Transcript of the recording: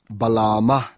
balama